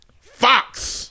Fox